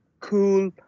cool